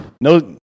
no